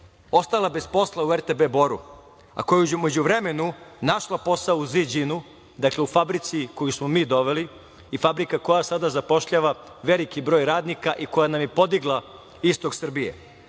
ostala bez posla u RTB „Boru“, a koja je u međuvremenu našla posao u „Zijin“, dakle u fabrici koju smo mi doveli i fabrika koja sada zapošljava veliki broj radnika i koja nam je podigla istok Srbije? Da